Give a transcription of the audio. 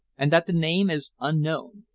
and that the name is unknown.